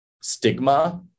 stigma